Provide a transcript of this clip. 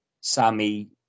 Sammy